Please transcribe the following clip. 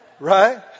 Right